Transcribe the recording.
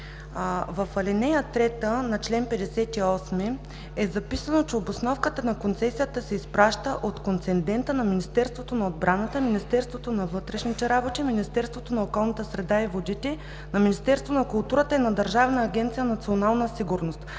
в ал. 3 на чл. 58 е записано, че обосновката на концесията се изпраща от концедента на Министерството на отбраната, Министерството на вътрешните работи, Министерството на околната среда и водите, на Министерството на културата и на Държавна агенция „Национална сигурност“,